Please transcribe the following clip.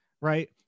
right